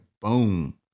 Boom